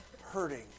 hurting